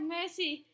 mercy